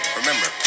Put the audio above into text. remember